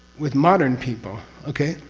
with modern people. okay?